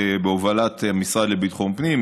בהובלת המשרד לביטחון פנים,